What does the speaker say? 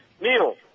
Neil